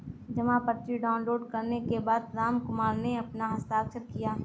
जमा पर्ची डाउनलोड करने के बाद रामकुमार ने अपना हस्ताक्षर किया